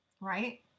right